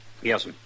yes